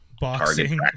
boxing